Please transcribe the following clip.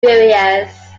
furious